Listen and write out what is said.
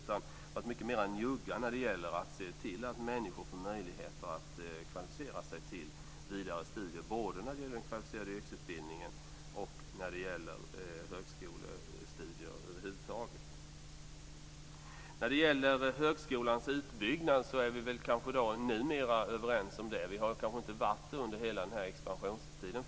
Man har varit mycket mer njugg när det gällt att se till att människor får möjligheter att kvalificera sig till vidare studier, både när det gäller den kvalificerade yrkesutbildningen och när det gäller högskolestudier över huvud taget. När det gäller högskolans utbyggnad kan det hända att vi numera är överens. Vi har kanske inte varit överens med Moderaterna fullt ut under hela den här expansionstiden.